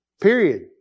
period